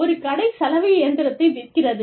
ஒரு கடை சலவை இயந்திரத்தை விற்கிறது